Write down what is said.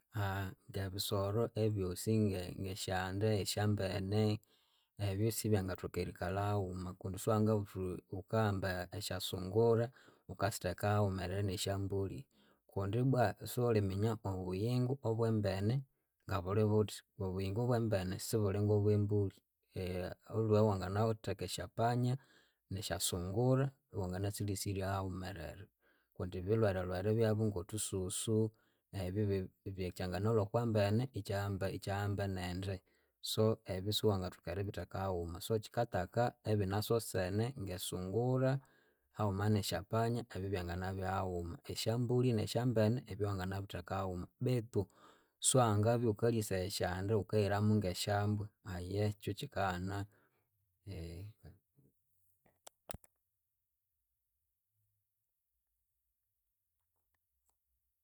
ngebisoro ebyosi nge- ngesyande, esyambene ebyu sibyangathoka erikalha haghuma kundi siwangabugha wuthi wukahamba esyasungura wukasitheka hawumerere ne syambulhi. Kundi ibwa siwuliminya obuyingo obwembene ngabulhibuthi. Obuyingu bwembene sibulinga obwembulhi aliwe wanginatheka esyapanya nesyasungura wanginasilisirya hawumerere kundi bilwerelwere byabyu ngothususu ebyu kyanginalwa okwambene ikyahamba ikyahambanende so ebyu siwangathoka eribitheka hawuma so kyikataka ebinasosene ngesungura hawuma nesyapanya ebyu byanginabya hawuma, esyambulhi ne syambene ebyu wanginabitheka hawuma betu siwangabya iwukalisaya esyande wukahiramu nge syambwa ayehe ekyu kyikaghana eghe.